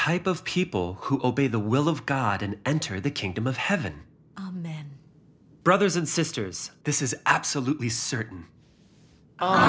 type of people who obey the will of god and enter the kingdom of heaven in their brothers and sisters this is absolutely certain